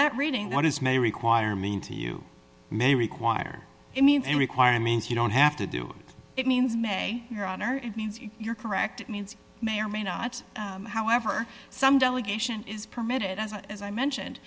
that reading what is may require me to you may require it mean and require means you don't have to do it means may your honor it means you're correct it means may or may not however some delegation is permitted as as i mentioned